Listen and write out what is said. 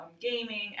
gaming